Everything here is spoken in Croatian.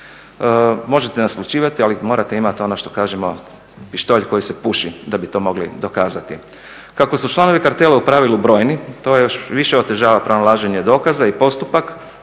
Možete naslućivati, ali morate imati ono što kažemo pištolj koji se puši da bi to mogli dokazati. Kako su članovi kartela u pravilu brojni to još više otežava pronalaženje dokaza i postupak,